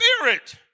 spirit